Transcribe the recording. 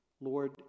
Lord